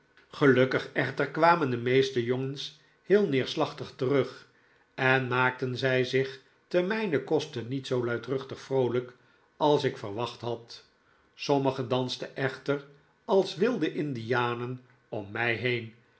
gelukkig echter kwamen de meeste jongens heel neerslachtig terug en maakten zij zich te mrjnen koste niet zoo luidruchtig vroolijk als ik verwacht had sommigen dansten echter als wilde indianen om mij heen